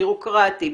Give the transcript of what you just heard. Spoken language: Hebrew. בירוקרטי,